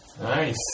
Nice